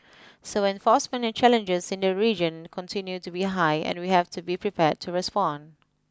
so enforcement challenges in the region continue to be high and we have to be prepared to respond